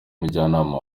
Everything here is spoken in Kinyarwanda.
mujyanama